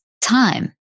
time